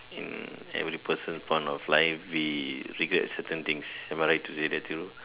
in every person point of life we figured certain things am I right to say that Thiru